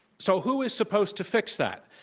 so who is supposed to fix that?